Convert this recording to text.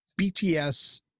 BTS